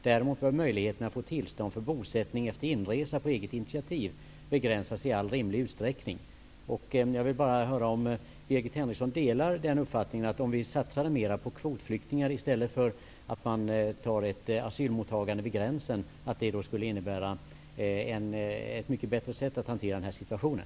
Däremot bör möjligheten att få tillstånd för bosättning efter inresa på eget initiativ begränsas i all rimlig utsträckning. Jag vill bara höra om Birgit Henriksson delar uppfattningen att det skulle innebära ett bättre sätt att hantera situationen om vi satsade mer på kvotflyktingar i stället för ett asylmottagande vid gränsen.